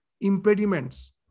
impediments